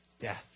death